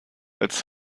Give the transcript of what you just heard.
als